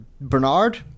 Bernard